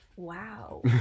Wow